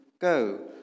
Go